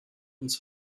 uns